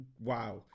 wow